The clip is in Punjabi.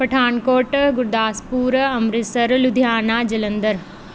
ਪਠਾਨਕੋਟ ਗੁਰਦਾਸਪੁਰ ਅੰਮ੍ਰਿਤਸਰ ਲੁਧਿਆਣਾ ਜਲੰਧਰ